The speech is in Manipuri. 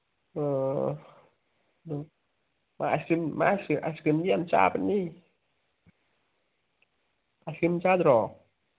ꯑꯥ ꯑꯥꯏꯁꯀ꯭ꯔꯤꯝꯗꯤ ꯌꯥꯝ ꯆꯥꯕꯅꯤ ꯑꯥꯏꯁꯀ꯭ꯔꯤꯝ ꯆꯥꯗ꯭ꯔꯣ